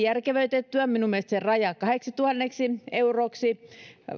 järkevöitettyä minun mielestäni sen rajan kahdeksituhanneksi euroksi